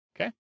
Okay